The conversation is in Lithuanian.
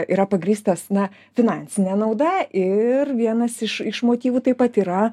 yra pagrįstas na finansine nauda ir vienas iš iš motyvų taip pat yra